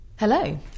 Hello